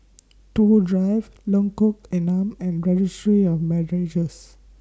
Toh Drive Lengkok Enam and Registry of Marriages